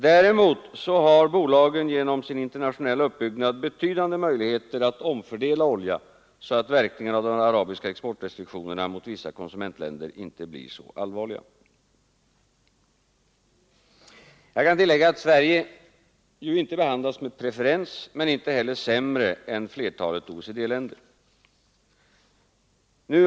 Däremot har bolagen genom sin internationella uppbyggnad betydande möjligheter att omfördela oljan så att verkningarna av de arabiska exportrestriktionerna mot vissa konsumentländer inte blir så allvarliga. Sverige behandlas inte med preferens men inte heller sämre än flertalet OECD-länder.